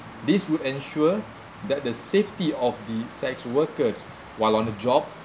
this would ensure that the safety of the sex workers while on the job